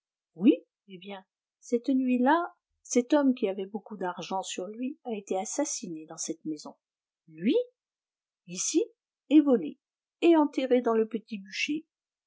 oui eh bien cette nuit-là cet homme qui avait beaucoup d'argent sur lui a été assassiné dans cette maison lui ici et volé et enterré dans le petit bûcher